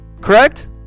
correct